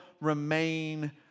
remain